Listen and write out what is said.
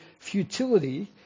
futility